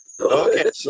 Okay